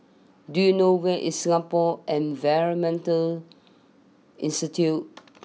do you know where is Singapore Environment Institute